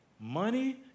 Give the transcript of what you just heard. Money